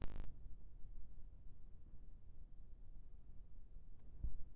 निवेश ला बड़हाए बर का करे बर लगही?